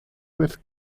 with